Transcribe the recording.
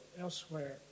elsewhere